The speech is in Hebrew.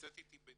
נמצאת איתי בדיון.